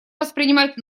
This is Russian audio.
воспринимать